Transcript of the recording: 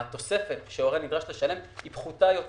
התוספת שהורה נדרש לשלם היא פחותה יותר